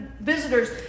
visitors